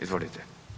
Izvolite.